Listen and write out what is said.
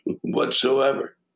whatsoever